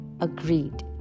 agreed